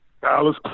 Dallas